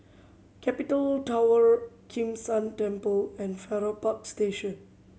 Capital Tower Kim San Temple and Farrer Park Station